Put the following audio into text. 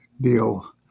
deal